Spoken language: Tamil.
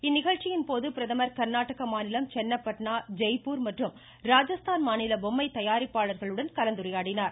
இந்நிகழ்ச்சியின் போது பிரதமர் கர்நாடக மாநிலம் சென்னப்பட்னா ஜெய்ப்பூர் மற்றும் ராஜஸ்தான் மாநில பொம்மை தயாரிப்பாளர்களுடன் கலந்துரையாடினார்